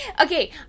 Okay